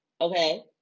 Okay